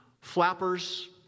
flappers